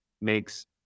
makes